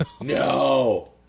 No